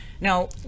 Now